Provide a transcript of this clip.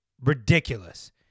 ridiculous